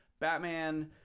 Batman